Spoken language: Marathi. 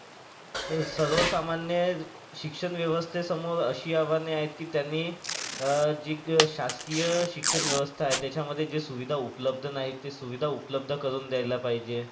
सर्वसामान्य शिक्षण व्यवस्थेसमोर अशी आव्हाने आहेत की त्यांनी जी क शासकीय शिक्षण व्यवस्था आहे त्याच्यामध्ये जे सुविधा उपलब्ध नाही ते सुविधा उपलब्ध करून द्यायला पाहिजे